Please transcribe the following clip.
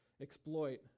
exploit